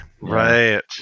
Right